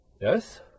Yes